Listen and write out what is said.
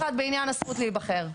זה דבר אחד בעניין הזכות להיבחר.